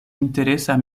interesa